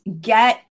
get